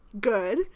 Good